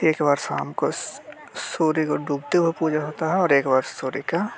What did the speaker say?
एक बार शाम को सूर्य को डूबते हुए पूजा होता है और एक बार सूर्य का